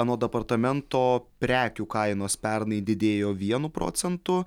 anot departamento prekių kainos pernai didėjo vienu procentu